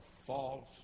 false